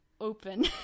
open